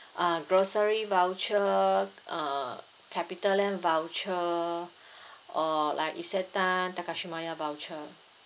uh grocery voucher uh capitaland voucher or like Isetan Takashimaya voucher